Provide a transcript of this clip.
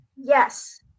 yes